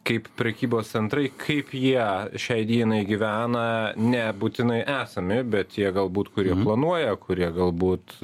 kaip prekybos centrai kaip jie šiai dienai gyvena nebūtinai esami bet jie galbūt kurie planuoja kurie galbūt